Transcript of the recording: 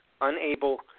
unable